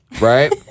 right